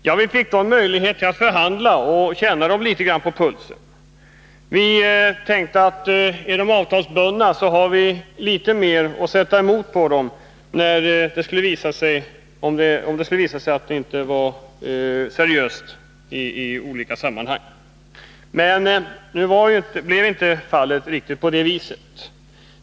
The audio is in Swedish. Jo, vi fick då möjlighet att förhandla och kunde känna dem på pulsen. Vi tänkte: Är de avtalsbundna, så har vi litet mer att sätta emot, om det skulle visa att de inte är seriösa i olika sammanhang. Men nu blev det inte riktigt på det viset.